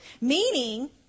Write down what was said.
Meaning